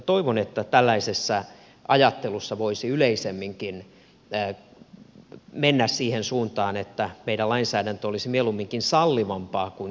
toivon että tällaisessa ajattelussa voisi yleisemminkin mennä siihen suuntaan että meidän lainsäädäntö olisi mieluumminkin sallivampaa kuin kieltävää